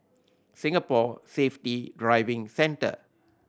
Singapore Safety Driving Centre